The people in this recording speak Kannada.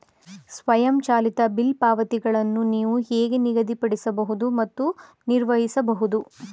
ಸ್ವಯಂಚಾಲಿತ ಬಿಲ್ ಪಾವತಿಗಳನ್ನು ನೀವು ಹೇಗೆ ನಿಗದಿಪಡಿಸಬಹುದು ಮತ್ತು ನಿರ್ವಹಿಸಬಹುದು?